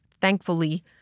thankfully